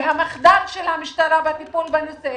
והמחדל של המשטרה בטיפול בנושא,